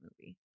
movie